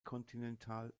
kontinental